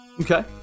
Okay